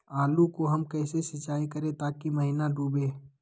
आलू को हम कैसे सिंचाई करे ताकी महिना डूबे?